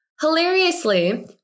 Hilariously